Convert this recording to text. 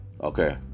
okay